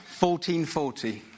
1440